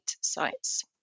sites